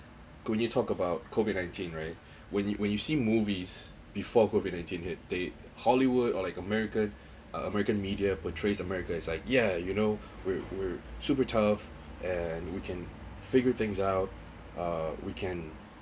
could you talk about COVID nineteen right when you when you see movies before COVID nineteen hit they hollywood or like american uh american media portrays america is like yeah you know we were super tough and we can figure things out uh we can